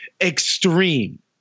extreme